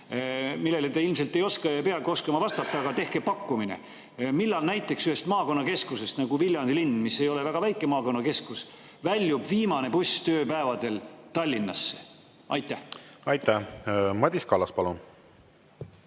millele te ilmselt ei oska ega peagi oskama vastata. Aga tehke pakkumine. Millal ühest maakonnakeskusest, nagu Viljandi linn, mis ei ole väga väike maakonnakeskus, väljub viimane buss tööpäevadel Tallinnasse? Aitäh, lugupeetud juhataja!